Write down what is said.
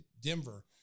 Denver